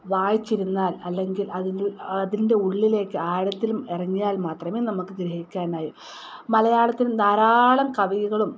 വായിച്ചിരുന്നാൽ അല്ലെങ്കിൽ അതിന്റെ അതിന്റെ ഉള്ളിലേക്ക് ആഴത്തിൽ ഇറങ്ങിയാൽ മാത്രമേ നമുക്ക് ഗ്രഹിക്കാൻ കഴിയൂ മലയാളത്തിൽ ധാരാളം കവികളും